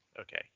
Okay